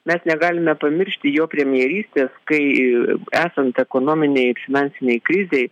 mes negalime pamiršti jo premjerystės kai esant ekonominei ir finansinei krizei